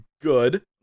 good